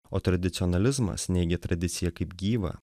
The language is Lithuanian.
o tradicionalizmas neigia tradiciją kaip gyvą